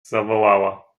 zawołała